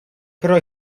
però